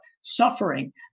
suffering